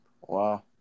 Wow